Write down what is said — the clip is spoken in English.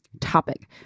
topic